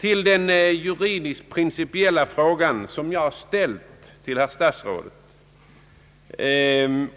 På den juridiskt principiella frågan som jag ställt — »Anser statsrådet